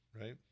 right